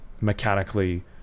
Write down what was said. mechanically